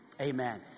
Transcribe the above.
Amen